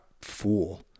fool